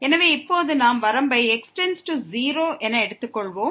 எனவே இப்போது நாம் வரம்பை x→0 என எடுத்துக்கொள்வோம்